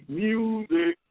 music